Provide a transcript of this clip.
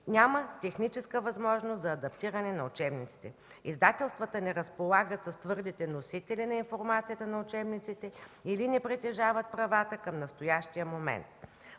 Няма техническа възможност за адаптиране на учебниците. Издателствата не разполагат с твърдите носители на информацията на учебниците или не притежават правата към настоящия момент.